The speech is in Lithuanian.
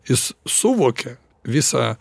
jis suvokia visą